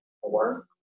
four